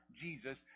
Jesus